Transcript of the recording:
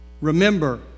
Remember